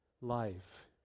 life